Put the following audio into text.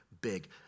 big